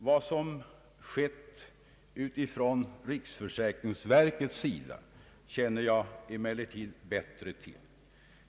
Vad riksförsäkringsverket har gjort känner jag emellertid bättre till.